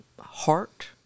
heart